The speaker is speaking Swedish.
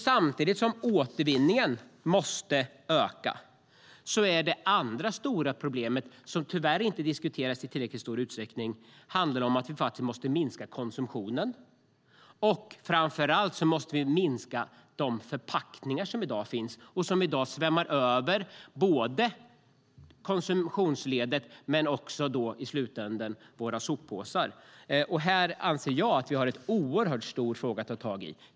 Samtidigt som återvinningen måste öka finns det ett annat stort problem som inte diskuteras i tillräckligt stor utsträckning, nämligen att vi måste minska konsumtionen. Framför allt måste vi minska antalet förpackningar som i dag svämmar över både konsumtionsledet och våra soppåsar. Här anser jag att vi har ett oerhört stort problem att ta tag i.